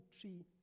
tree